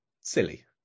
Silly